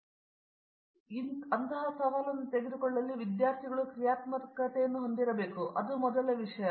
ಈಗ ಅಂತಹ ಸವಾಲನ್ನು ತೆಗೆದುಕೊಳ್ಳುವಲ್ಲಿ ವಿದ್ಯಾರ್ಥಿಗಳು ಕ್ರಿಯಾತ್ಮಕತೆಯನ್ನು ಹೊಂದಿರಬೇಕು ಅದು ಮೊದಲ ವಿಷಯ